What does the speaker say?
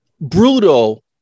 brutal